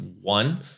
one